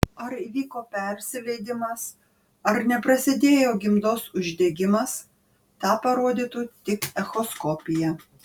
ar įvyko persileidimas ar neprasidėjo gimdos uždegimas tą parodytų tik echoskopija